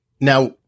Now